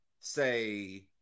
say